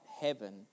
heaven